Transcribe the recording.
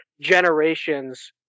generations